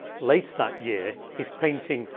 later that year his painting,